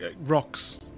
rocks